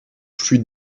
plus